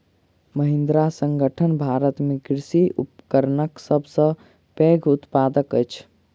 महिंद्रा संगठन भारत में कृषि उपकरणक सब सॅ पैघ उत्पादक अछि